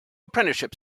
apprenticeship